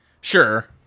Sure